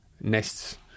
nests